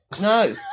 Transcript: No